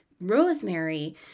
Rosemary